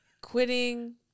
quitting